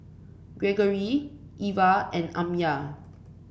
Gregory Ivah and Amya